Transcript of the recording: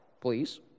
please